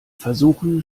versuchen